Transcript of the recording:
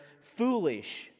foolish